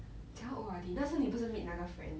谁要 O_R_D 那时你不是 meet 那个 friend